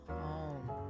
home